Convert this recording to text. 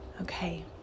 Okay